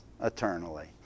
eternally